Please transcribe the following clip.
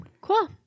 cool